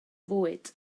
fwyd